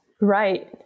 Right